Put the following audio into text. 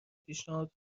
پیشنهاد